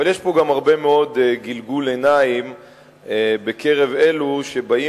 אבל יש פה גם הרבה מאוד גלגול עיניים בקרב אלו שבאים